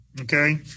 okay